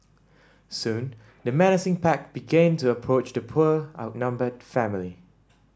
soon the menacing pack began to approach the poor outnumbered family